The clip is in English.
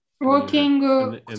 Walking